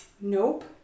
nope